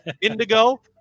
Indigo